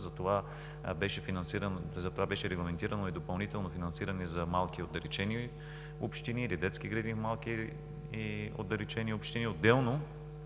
Затова беше регламентирано и допълнително финансиране за малки и отдалечени общини или детски градини в малки и отдалечени общини. Отделно